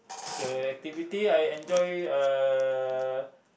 the activity I enjoy uh